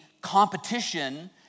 competition